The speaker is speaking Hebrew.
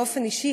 באופן אישי,